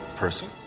person